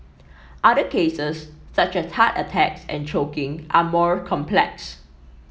other cases such as heart attacks and choking are more complex